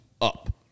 up